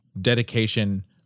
dedication